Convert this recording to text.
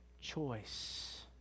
choice